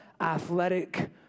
athletic